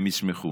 הם ישמחו.